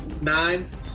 Nine